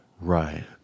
Right